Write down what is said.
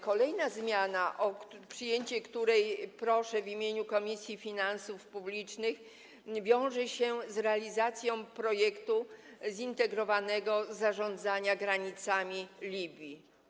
Kolejna zmiana, o której przyjęcie wnoszę w imieniu Komisji Finansów Publicznych, wiąże się z realizacją projektu zintegrowanego zarządzania granicami Libii.